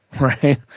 right